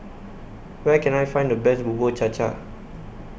Where Can I Find The Best Bubur Cha Cha